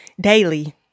daily